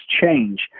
change